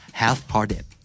half-hearted